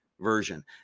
version